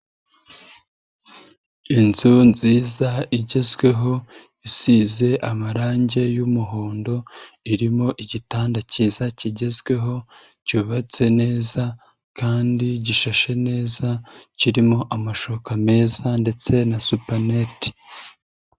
Inzu nziza igezweho isize amarangi y'umuhondo, irimo igitanda kiza kigezweho cyubatse neza kandi gishashe neza, kirimo amashuka meza ndetse na supaneti.